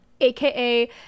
aka